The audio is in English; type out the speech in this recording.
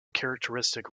characteristic